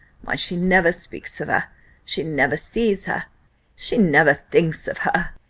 why she never speaks of her she never sees her she never thinks of her!